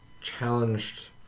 challenged